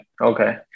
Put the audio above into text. okay